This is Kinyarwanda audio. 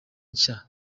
nshya